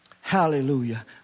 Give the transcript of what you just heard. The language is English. Hallelujah